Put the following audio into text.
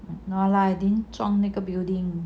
no lah I didn't 撞那个 building